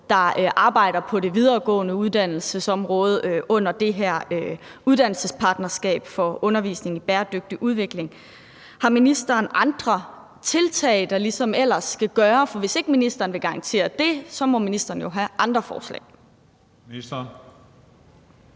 der arbejder på det videregående uddannelsesområde under det her uddannelsespartnerskab for Undervisning i Bæredygtig Udvikling. Har ministeren andre tiltag, der ligesom ellers skal gøres? For hvis ikke ministeren vil garantere det, må ministeren jo have andre forslag. Kl.